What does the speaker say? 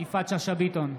יפעת שאשא ביטון,